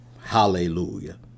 Hallelujah